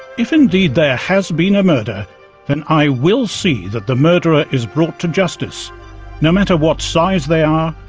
if indeed there has been a murder then i will see that the murderer is brought to justice no matter what size they are,